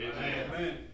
Amen